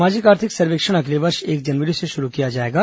सामाजिक आर्थिक सर्वेक्षण अगले वर्ष एक जनवरी से शुरू किया जाएगा